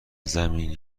زمین